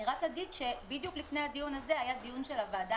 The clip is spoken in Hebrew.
אני רק אגיד שבדיוק לפני הדיון הזה היה דיון של הוועדה